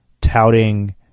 touting